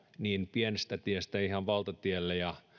pienestä tiestä ihan valtatiehen asti ja